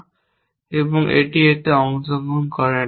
এবং এটি এতে অংশগ্রহণ করে না